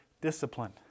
discipline